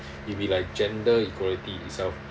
it'll be like gender equality itself